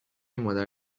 مادر